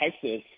Texas